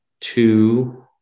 two